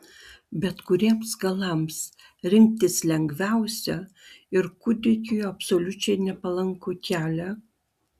bet kuriems galams rinktis lengviausia ir kūdikiui absoliučiai nepalankų kelią